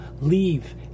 leave